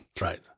Right